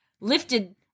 lifted